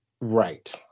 Right